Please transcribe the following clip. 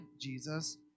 Jesus